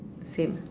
same